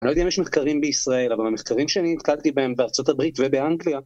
אני לא יודע אם יש מחקרים בישראל, אבל המחקרים שאני נתקלתי בהם בארצות הברית ובאנגליה...